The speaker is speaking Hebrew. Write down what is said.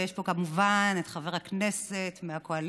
ויש פה כמובן את חבר הכנסת מהקואליציה,